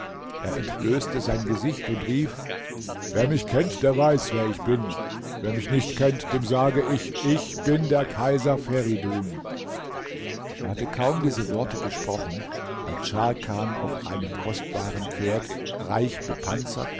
er entblößte sein gesicht und rief wer mich kennt der weiß wer ich bin wer mich nicht kennt dem sage ich ich bin der kaiser feridun er hatte kaum diese worte gesprochen als scharkan auf einem kostbaren pferd reich